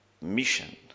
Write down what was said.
mission